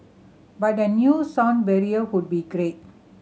but a new sound barrier be great